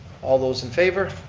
all those in favor,